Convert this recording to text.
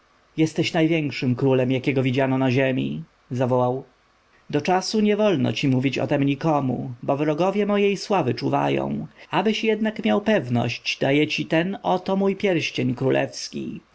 jesteś największym królem jakiego widziano na ziemi zawołał do czasu nie wolno ci mówić o tem nikomu bo wrogowie mojej sławy czuwają abyś jednak miał pewność daję ci ten oto mój pierścień królewski